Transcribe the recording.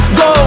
go